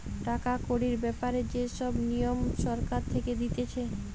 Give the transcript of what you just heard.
টাকা কড়ির ব্যাপারে যে সব নিয়ম সরকার থেকে দিতেছে